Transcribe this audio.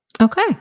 Okay